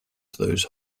those